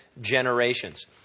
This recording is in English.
generations